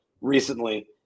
recently